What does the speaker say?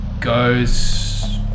goes